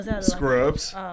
Scrubs